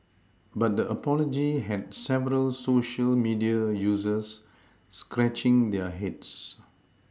but the apology had several Social media users scratching their heads